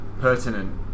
pertinent